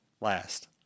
last